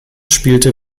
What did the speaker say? spielte